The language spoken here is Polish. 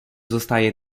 zostaje